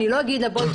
אני לא אגיד לה: בואי,